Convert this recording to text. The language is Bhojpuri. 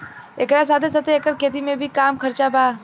एकरा साथे साथे एकर खेती में भी कम खर्चा बा